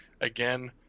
Again